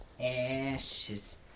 Ashes